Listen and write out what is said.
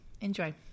Enjoy